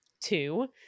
two